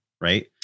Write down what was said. right